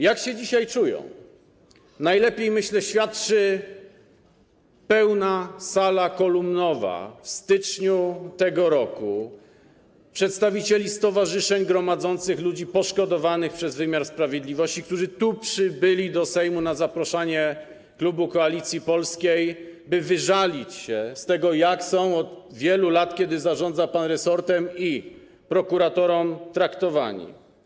Jak się dzisiaj czują, najlepiej, myślę, świadczy pełna sala kolumnowa w styczniu tego roku przedstawicieli stowarzyszeń gromadzących ludzi poszkodowanych przez wymiar sprawiedliwości, którzy tu przybyli, do Sejmu, na zaproszenie klubu Koalicji Polskiej, by wyżalić się z tego, jak są od wielu lat, kiedy zarządza pan resortem i prokuraturą, traktowani.